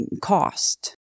cost